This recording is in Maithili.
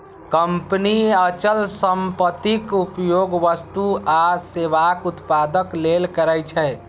कंपनी अचल संपत्तिक उपयोग वस्तु आ सेवाक उत्पादन लेल करै छै